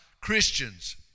Christians